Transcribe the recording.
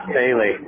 Bailey